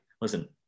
listen